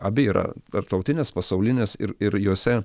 abi yra tarptautinės pasaulinės ir ir jose